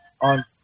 on